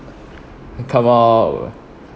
come out